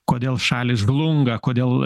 kodėl šalys žlunga kodėl